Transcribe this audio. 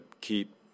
keep